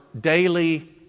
daily